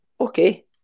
Okay